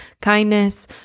kindness